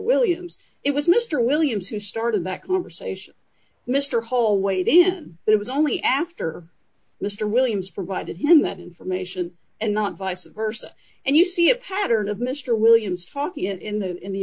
williams it was mr williams who started that conversation mr whole weight isn't it was only after mr williams provided him that information and not vice versa and you see a pattern of mr williams talking in the in the